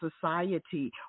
society